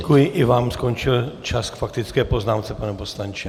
Děkuji, i vám skončil čas k faktické poznámce, pane poslanče.